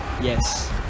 yes